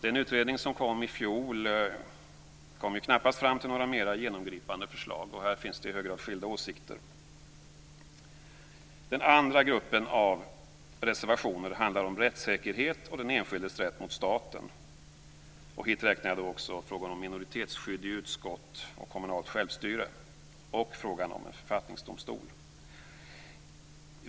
Den utredning som kom i fjol kom knappast fram till några mer genomgripande förslag. Här finns det i hög grad skilda åsikter. Den andra gruppen av reservationer handlar om rättssäkerhet och den enskildes rätt mot staten. Hit räknar jag också frågan om minoritetsskydd i utskott och kommunalt självstyre och frågan om en författningsdomstol.